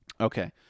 Okay